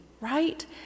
right